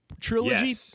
trilogy